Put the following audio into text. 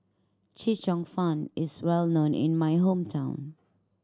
Chee Cheong Fun is well known in my hometown